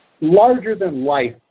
larger-than-life